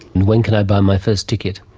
and when can i buy my first ticket?